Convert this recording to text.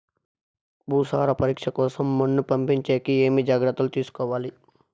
భూసార పరీక్ష కోసం మన్ను పంపించేకి ఏమి జాగ్రత్తలు తీసుకోవాలి?